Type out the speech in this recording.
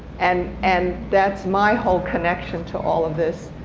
and and that's my whole connection to all of this.